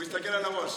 הוא יסתכל על הראש.